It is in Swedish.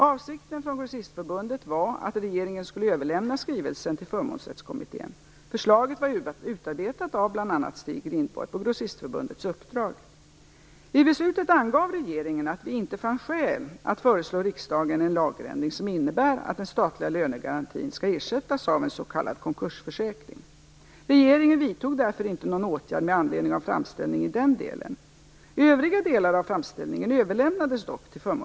Avsikten från Grossistförbundet var att regeringen skulle överlämna skrivelsen till Förmånsrättskommittén. Förslaget var utarbetat av bl.a. Stig Rindborg på I beslutet angav regeringen att vi inte fann skäl att föreslå riksdagen en lagändring som innebär att den statliga lönegarantin skall ersättas av en s.k. konkursförsäkring. Regeringen vidtog därför inte någon åtgärd med anledning av framställningen i den delen.